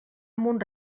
mont